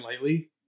lightly